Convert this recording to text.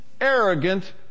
arrogant